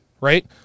Right